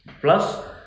Plus